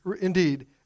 indeed